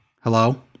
Hello